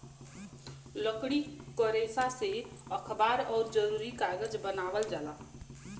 लकड़ी क रेसा से अखबार आउर जरूरी कागज बनावल जाला